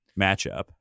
matchup